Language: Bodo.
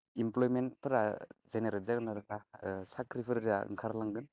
एमप्लयमेन्टफोरा जेनेरेट जागोन आरो ना साख्रिफोरा ओंखार लांगोन